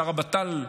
שר הבט"ל,